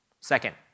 Second